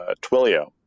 Twilio